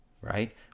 right